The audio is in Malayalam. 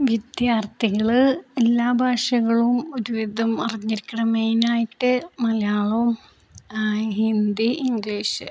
വിദ്യാർഥികള് എല്ലാ ഭാഷകളും ഒരുവിധം അറിഞ്ഞിരിക്കണം മെയിനായിട്ട് മലയാളവും ഹിന്ദി ഇംഗ്ലീഷ്